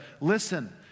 Listen